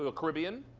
ah caribbean,